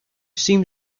seem